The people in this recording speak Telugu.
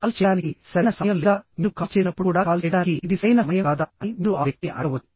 కాల్ చేయడానికి సరైన సమయం లేదా మీరు కాల్ చేసినప్పుడు కూడా కాల్ చేయడానికి ఇది సరైన సమయం కాదా అని మీరు ఆ వ్యక్తిని అడగవచ్చు